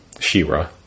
She-Ra